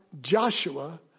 Joshua